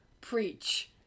preach